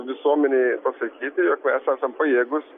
visuomenei pasakyti jog mes esam pajėgūs